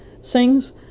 sings